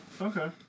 okay